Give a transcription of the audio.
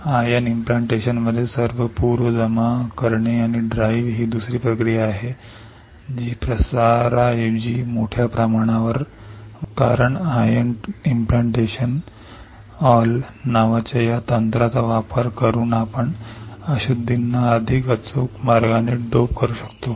ion implantation मध्ये सर्व जमा करणे आणि चालवणे ही दुसरी प्रक्रिया आहे जी प्रसाराऐवजी मोठ्या प्रमाणावर वापरली जाते कारण आयन इम्प्लांटेशन ऑल नावाच्या या तंत्राचा वापर करून आपण अशुद्धींना अधिक अचूक मार्गाने डोप करू शकतो